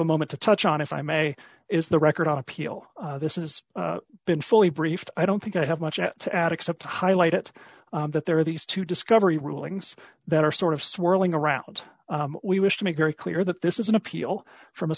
a moment to touch on if i may is the record on appeal this is been fully briefed i don't think i have much to add except to highlight it that there are these two discovery rulings that are sort of swirling around we wish to make very clear that this is an appeal from a